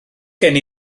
gen